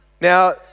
Now